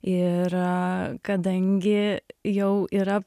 ir kadangi jau yra